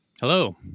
hello